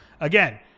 Again